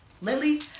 Lily